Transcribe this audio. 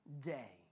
day